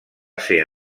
ser